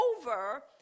over